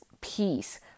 peace